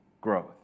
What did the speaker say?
growth